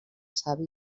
savi